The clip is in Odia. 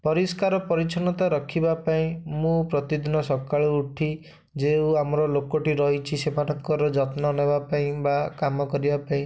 ପରିଷ୍କାର ପରିଚ୍ଛନ୍ନତା ରଖିବାପାଇଁ ମୁଁ ପ୍ରତିଦିନ ସକାଳୁ ଉଠି ଯେଉଁ ଆମର ଲୋକଟି ରହିଛି ସେମାନଙ୍କର ଯତ୍ନନେବା ପାଇଁ ବା କାମ କରିବାପାଇଁ